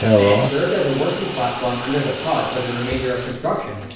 and it served as a working platform under the pod for the remainder of construction,